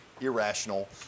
irrational